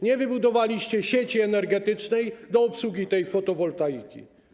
Nie wybudowaliście sieci energetycznej do obsługi fotowoltaiki.